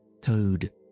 Toad